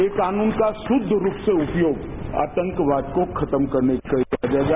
यह कानून का शुद्ध रूप से उपयोग है आतंकवाद को खत्म करने का है